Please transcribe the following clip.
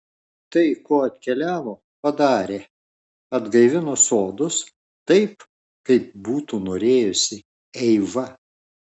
tai ko atkeliavo padarė atgaivino sodus taip kaip būtų norėjusi eiva